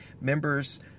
Members